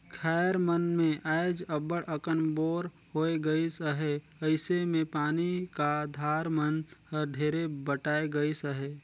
खाएर मन मे आएज अब्बड़ अकन बोर होए गइस अहे अइसे मे पानी का धार मन हर ढेरे बटाए गइस अहे